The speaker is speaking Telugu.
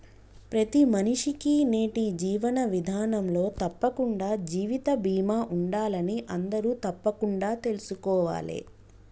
ప్రతి మనిషికీ నేటి జీవన విధానంలో తప్పకుండా జీవిత బీమా ఉండాలని అందరూ తప్పకుండా తెల్సుకోవాలే